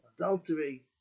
adultery